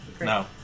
No